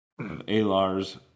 Alar's